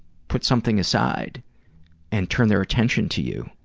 put something aside and turn their attention to you.